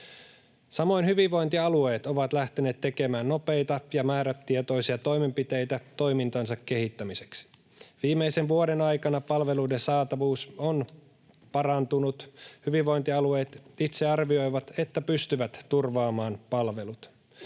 Samoin hyvinvointialueet ovat lähteneet tekemään nopeita ja määrätietoisia toimenpiteitä toimintansa kehittämiseksi. Viimeisen vuoden aikana palveluiden saatavuus on parantunut. Hyvinvointialueet itse arvioivat, että pystyvät turvaamaan palvelut.